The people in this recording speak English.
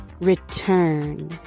return